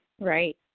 Right